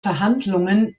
verhandlungen